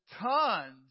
tons